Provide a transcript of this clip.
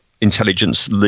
intelligence